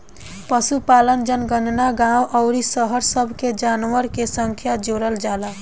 पशुपालन जनगणना गांव अउरी शहर सब के जानवरन के संख्या जोड़ल जाला